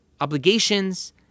obligations